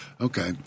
Okay